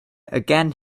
again